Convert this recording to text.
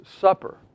Supper